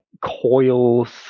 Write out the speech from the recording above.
coils